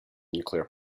nuclear